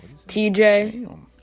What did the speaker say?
TJ